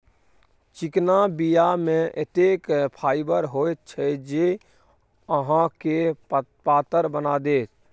चिकना बीया मे एतेक फाइबर होइत छै जे अहाँके पातर बना देत